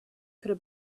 could